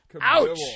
Ouch